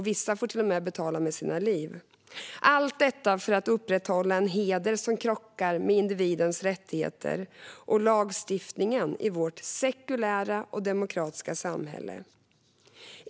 Vissa får till och med betala med sina liv - allt detta för att upprätthålla en heder som krockar med individens rättigheter och lagstiftningen i vårt sekulära och demokratiska samhälle.